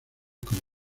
con